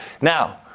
now